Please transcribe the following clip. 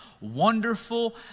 wonderful